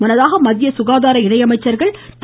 முன்னதாக மத்திய சுகாதார இணையமைச்சர்கள் திரு